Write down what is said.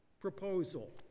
proposal